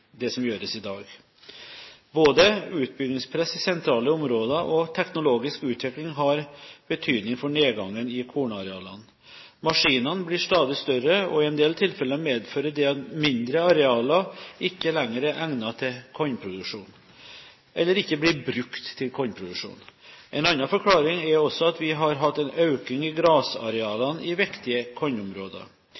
det som gjøres i dag. Både utbyggingspress i sentrale områder og teknologisk utvikling har betydning for nedgangen i kornarealene. Maskinene blir stadig større, og i en del tilfeller medfører det at mindre arealer ikke lenger er egnet til kornproduksjon – eller ikke blir brukt til kornproduksjon. En annen forklaring er også at vi har hatt en økning i